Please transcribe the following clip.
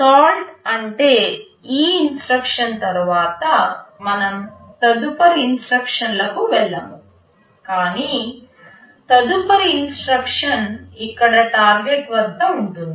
SoIt అంటే ఈ instruction తరువాత మనం తదుపరి ఇన్స్ట్రక్షన్లకు వెళ్ళము కాని తదుపరి ఇన్స్ట్రక్షన్ ఇక్కడ టార్గెట్ వద్ద ఉంటుంది